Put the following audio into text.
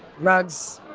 rugs.